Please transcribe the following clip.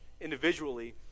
individually